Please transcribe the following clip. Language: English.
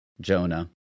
Jonah